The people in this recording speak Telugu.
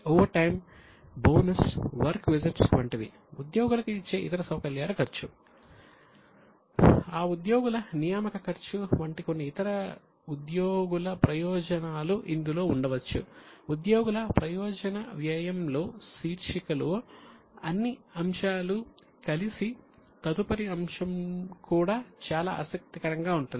ఓవర్ టైం అంటారు